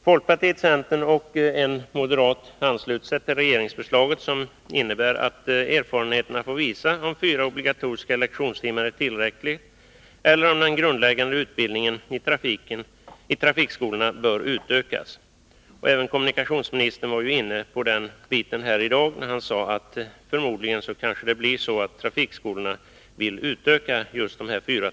Folkpartiets och centerns ledamöter i utskottet och en moderat ansluter sig till regeringsförslaget, som innebär att erfarenheterna får visa om fyra obligatoriska lektionstimmar är tillräckligt eller om den grundläggande utbildningen i trafikskola bör utökas. Även kommunikationsministern var inne på det i dag, när han sade att trafikskolorna förmodligen vill utöka tiden.